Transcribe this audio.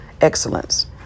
excellence